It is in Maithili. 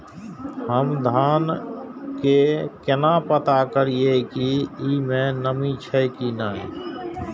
हम धान के केना पता करिए की ई में नमी छे की ने?